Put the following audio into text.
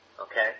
Okay